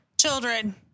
Children